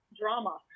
drama